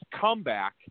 comeback